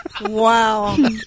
Wow